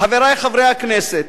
חברי חברי הכנסת,